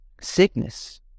sickness